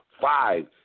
five